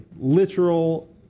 literal